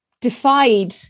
defied